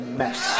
mess